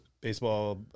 baseball